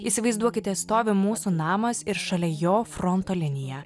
įsivaizduokite stovi mūsų namas ir šalia jo fronto linija